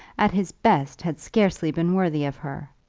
at his best, had scarcely been worthy of her!